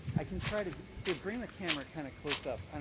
i can try to, here, bring the camera kind of close up, and